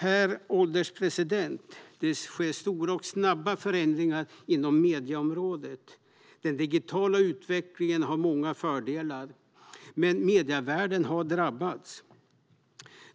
Herr ålderspresident! Det sker stora och snabba förändringar inom medieområdet. Den digitala utvecklingen har många fördelar, men medievärlden har drabbats.